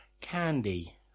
candy